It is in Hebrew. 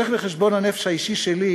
בהמשך לחשבון הנפש האישי שלי,